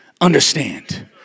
understand